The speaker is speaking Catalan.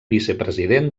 vicepresident